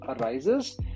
arises